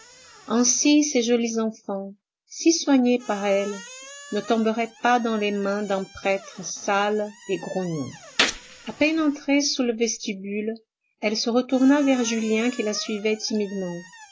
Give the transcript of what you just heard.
ainsi ses jolis enfants si soignés par elle ne tomberaient pas dans les mains d'un prêtre sale et grognon a peine entrée sous le vestibule elle se retourna vers julien qui la suivait timidement